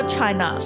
China